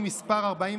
אמרת "שתוי"?